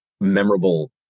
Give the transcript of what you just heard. memorable